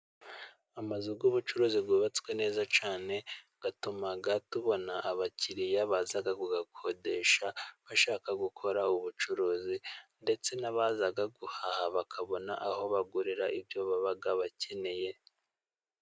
Amazu y'ubucuruzi yubatswe neza cyane atuma tubona abakiriya baza kuyakodesha, bashaka gukora ubucuruzi ndetse n'abaza guhaha bakabona aho bagurira ibyo baba bacyeneye